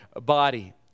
body